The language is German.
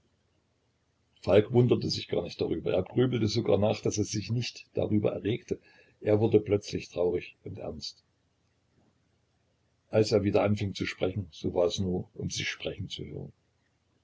falk wunderte sich gar nicht darüber er grübelte sogar nach daß er sich nicht darüber erregte er wurde plötzlich traurig und ernst als er wieder anfing zu sprechen so war es nur um sich sprechen zu hören